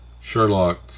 Sherlock